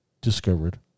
discovered